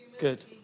Good